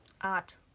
art